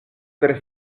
tre